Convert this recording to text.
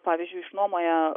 pavyzdžiui išnuomoja